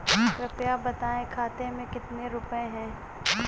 कृपया बताएं खाते में कितने रुपए हैं?